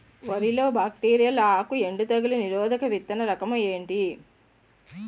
వరి లో బ్యాక్టీరియల్ ఆకు ఎండు తెగులు నిరోధక విత్తన రకం ఏంటి?